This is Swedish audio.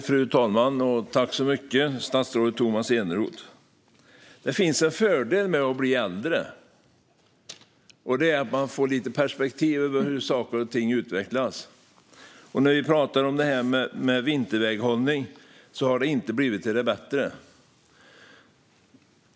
Fru talman! Tack så mycket, statsrådet Tomas Eneroth! Det finns en fördel med att bli äldre, och det är att man får lite perspektiv på hur saker och ting utvecklas. När det gäller vinterväghållningen har den inte blivit till det bättre.